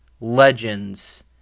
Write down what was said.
legends